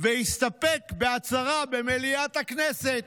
והסתפק בהצהרה במליאת הכנסת.